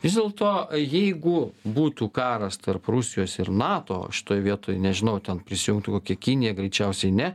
vis dėlto jeigu būtų karas tarp rusijos ir nato šitoj vietoj nežinau ten prisijungtų kokia kinija greičiausiai ne